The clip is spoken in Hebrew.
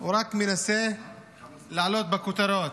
הוא רק מנסה לעשות כותרות.